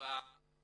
ותעני לי.